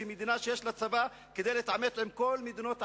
שהיא מדינה שיש לה צבא כדי להתעמת עם כל מדינות ערב,